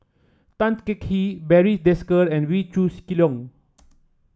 Tan Teng Kee Barry Desker and Wee Leong